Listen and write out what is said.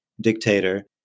dictator